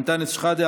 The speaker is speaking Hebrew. אנטאנס שחאדה,